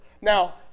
Now